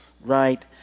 right